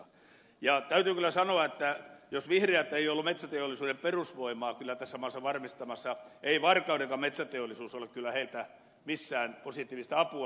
täytyy kyllä sanoa että jos vihreät ei ole ollut metsäteollisuuden perusvoimaa tässä maassa varmistamassa ei varkaudenkaan metsäteollisuus ole kyllä heiltä missään positiivista apua saanut